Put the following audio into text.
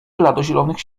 bladozielonych